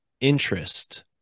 interest